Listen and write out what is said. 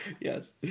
Yes